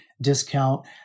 discount